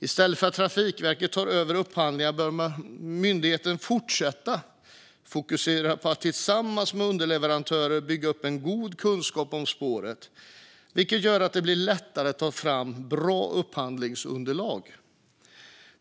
I stället för att Trafikverket tar över upphandlingarna bör myndigheten fortsätta att fokusera på att tillsammans med underleverantörer bygga upp en god kunskap om spåret, vilket gör att det blir lättare att ta fram bra upphandlingsunderlag.